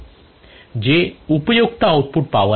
जे उपयुक्त output power आहे